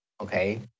okay